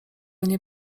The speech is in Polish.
nie